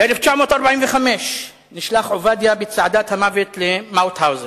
ב-1945 נשלח עובדיה בצעדת המוות למאוטהאוזן.